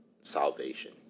salvation